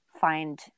find